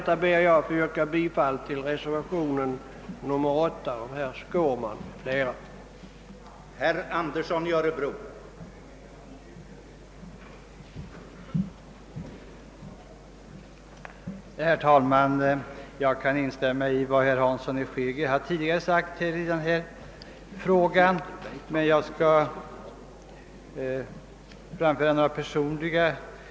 Jag ber att få yrka bifall till reservationen 8 av herr Skårman m.fl.